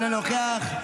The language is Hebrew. אינו נוכח.